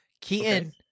Keaton